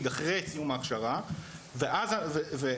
אחרי סיום ההכשרה ואז ככה אנחנו מדרגים,